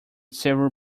several